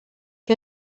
que